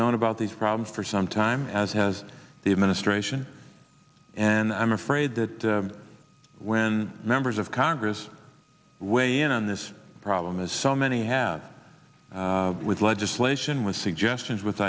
known about these problems for some time as has the administration and i'm afraid that when members of congress weigh in on this problem as so many have with legislation with suggestions with